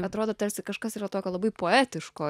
atrodo tarsi kažkas yra tokio labai poetiško